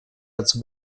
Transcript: dazu